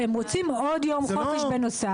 והם רוצים עוד יום חופש בנוסף.